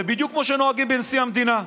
ובדיוק כמו שנוהגים בנשיא המדינה.